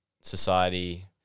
society